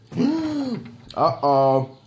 Uh-oh